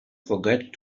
forget